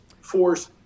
force